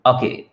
Okay